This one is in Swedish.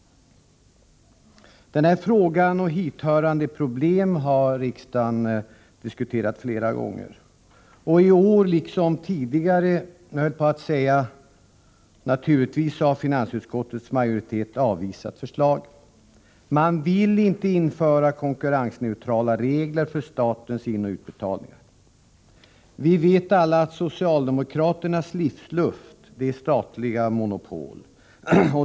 Denna fråga och hithörande problem har diskuterats i riksdagen flera gånger. I år liksom tidigare har — naturligtvis, höll jag på att säga — finansutskottets majoritet avvisat förslaget. Man vill inte införa konkurrensneutrala regler för statens inoch utbetalningar. Vi vet alla att socialdemokraternas livsluft är statliga monopol.